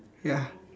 ya